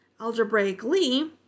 Algebraically